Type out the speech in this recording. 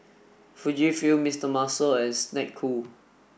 Fujifilm Mister Muscle and Snek Ku